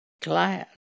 glad